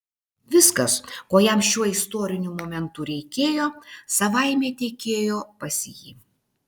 viskas ko jam šiuo istoriniu momentu reikėjo savaime tekėjo pas jį